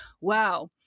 Wow